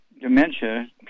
dementia